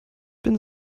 bin